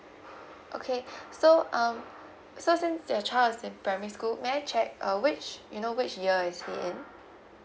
okay so um so since your child is in primary school may I check uh which you know which year is he in